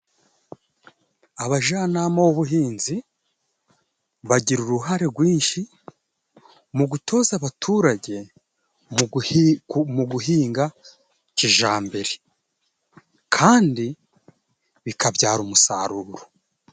Abajanama b'ubuhinzi bagira uruhare rwinshi mu gutoza abaturage mu guhinga kijambere, kandi bikabyara umusaruro.